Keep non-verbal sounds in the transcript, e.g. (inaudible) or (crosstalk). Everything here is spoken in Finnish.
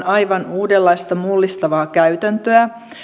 (unintelligible) aivan uudenlaista mullistavaa käytäntöä